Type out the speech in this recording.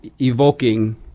evoking